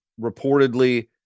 Reportedly